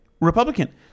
Republican